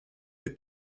the